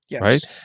Right